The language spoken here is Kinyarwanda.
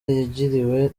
yagiriwe